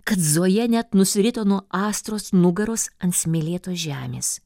kad zoja net nusirito nuo astros nugaros ant smėlėtos žemės